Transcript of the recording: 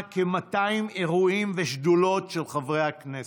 כ-200 אירועים ושדולות של חברי הכנסת.